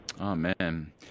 Amen